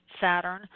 Saturn